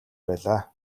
байлаа